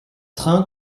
train